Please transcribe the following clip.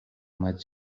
اومد